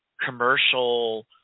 commercial